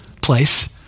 place